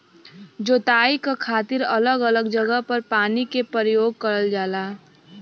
जोताई क खातिर अलग अलग जगह पर पानी क परयोग करल जाला